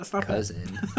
cousin